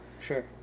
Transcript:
Sure